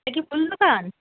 এটা কি ফুল দোকান